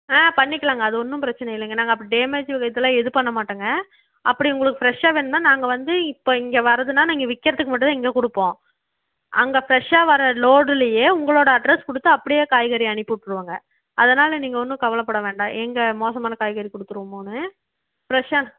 ஆ பண்ணிக்கலாங்க அது ஒன்றும் பிரச்சின இல்லைங்க நாங்கள் அப்படி டேமேஜ் இதெலாம் இது பண்ண மாட்டோங்க அப்படி உங்களுக்கு ஃப்ரெஷ்ஷாக வேணுனால் நாங்கள் வந்து இப்போ இங்கே வரதுன்னால் நான் இங்கே விற்கிறதுக்கு மட்டும் தான் இங்கே கொடுப்போம் அங்கே ஃப்ரெஷ்ஷாக வர லோடுலேயே உங்களோட அட்ரஸ் கொடுத்து அப்படியே காய்கறியை அனுப்பிவிட்டுருவோங்க அதனால் நீங்கள் ஒன்றும் கவலைப்பட வேண்டாம் எங்கே மோசமான காய்கறி கொடுத்துருவோமோன்னு ஃப்ரெஷ்ஷாக